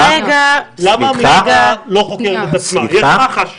זה כמו שהמשטרה לא חוקרת את עצמה, אלא יש מח"ש.